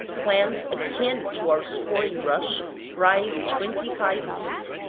plants akin to our scouring rush rise twenty-five feet.